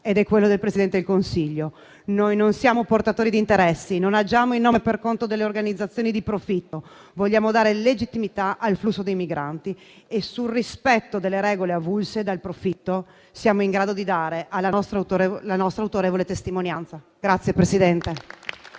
ed è quello del Presidente del Consiglio. Noi non siamo portatori di interessi, non agiamo in nome e per conto delle organizzazioni di profitto, vogliamo dare legittimità al flusso dei migranti e sul rispetto delle regole avulse dal profitto siamo in grado di dare la nostra autorevole testimonianza.